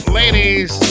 ladies